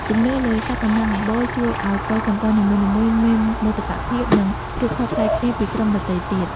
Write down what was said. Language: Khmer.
ជំនឿលើសត្វតំណាងអំបូរជួយឱ្យកុលសម្ព័ន្ធនីមួយៗមានមោទកភាព និងភាពខុសប្លែកគ្នាពីក្រុមដទៃទៀត។